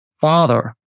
Father